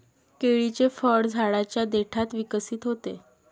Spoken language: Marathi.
केळीचे फळ झाडाच्या देठात विकसित होते